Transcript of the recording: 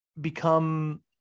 become